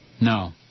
No